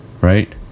right